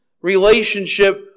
relationship